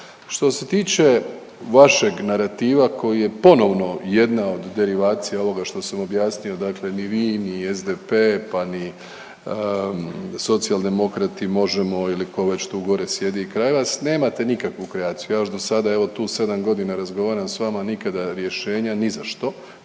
Što se tiče vašeg narativa koji je ponovno jedan od derivacija ovoga što sam objasnio, dakle ni vi ni SDP pa ni Socijaldemokrati, Možemo! ili tko već tu gore sjedi kraj vas, nemate nikakvu kreaciju. Ja još do sada evo, tu 7 godina razgovaram s vama, a nikada rješenja nizašto,